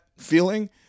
feeling